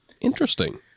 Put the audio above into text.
Interesting